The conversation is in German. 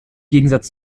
gegensatz